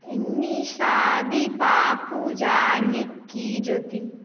Nisha Deepa Puja Nikki Jyoti